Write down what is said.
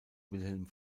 wilhelm